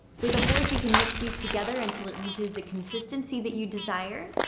with a fork, you can mix these together until it reaches the consistency that you desire,